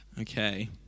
Okay